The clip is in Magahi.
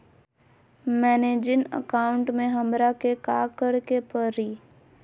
मैंने जिन अकाउंट में हमरा के काकड़ के परी?